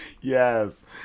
Yes